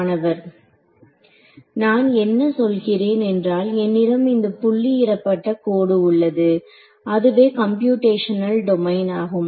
மாணவர் நான் என்ன சொல்கிறேன் என்றால் என்னிடம் இந்த புள்ளி இடப்பட்ட கோடு உள்ளது அதுவே கம்ப்யூடேஷனல் டொமைன் ஆகும்